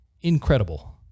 incredible